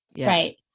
Right